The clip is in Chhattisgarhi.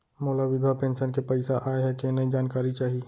मोला विधवा पेंशन के पइसा आय हे कि नई जानकारी चाही?